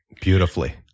beautifully